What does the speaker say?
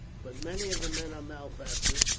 but many of the men are malefactors,